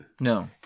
No